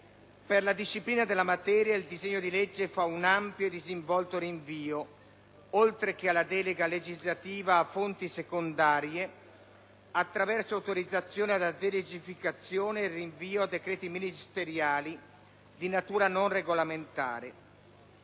Per la disciplina della materia, il disegno di legge fa un ampio e disinvolto rinvio, oltre che alla delega legislativa, a fonti secondarie, attraverso autorizzazioni alla delegificazione ed il rinvio a decreti ministeriali di natura non regolamentare.